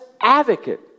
advocate